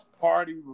party